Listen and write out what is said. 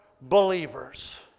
believers